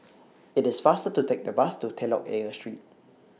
IT IS faster to Take The Bus to Telok Ayer Street